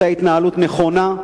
היתה התנהלות נכונה,